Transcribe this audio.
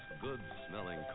good-smelling